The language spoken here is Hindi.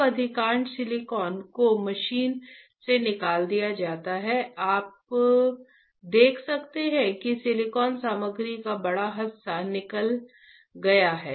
अब अधिकांश सिलिकॉन को मशीन से निकाल दिया जाता है यहां आप देख सकते हैं कि सिलिकॉन सामग्री का बड़ा हिस्सा निकाल लिया गया है